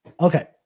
Okay